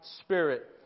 spirit